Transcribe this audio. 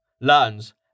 lands